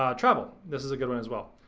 um travel, this is a good one as well.